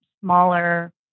smaller